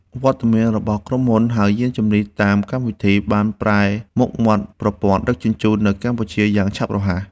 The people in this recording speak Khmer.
វត្តមានរបស់ក្រុមហ៊ុនហៅយានជំនិះតាមកម្មវិធី បានប្រែមុខមាត់ប្រព័ន្ធដឹកជញ្ជូននៅកម្ពុជាយ៉ាងឆាប់រហ័ស។